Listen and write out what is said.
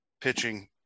Pitching